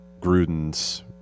Gruden's